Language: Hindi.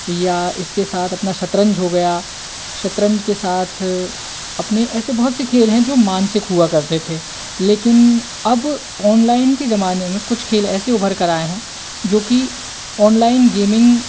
या इसके साथ अपना शतरंज हो गया शतरंज के साथ अपनी ऐसे बहुत से खेल हैं जो मानसिक हुआ करते थे लेकिन अब ऑनलाइन के जमाने में कुछ खेल ऐसे उभर कर आए हैं जो कि ऑनलाइन गेमिंग